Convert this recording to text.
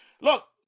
look